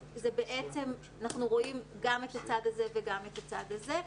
אז בעצם אנחנו רואים גם את הצד הזה וגם את הצד הזה.